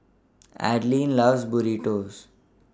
Adilene loves Burritos